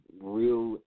real